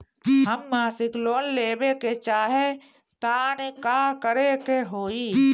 हम मासिक लोन लेवे के चाह तानि का करे के होई?